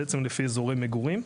בעצם לפי אזורי מגורים.